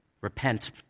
repent